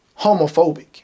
homophobic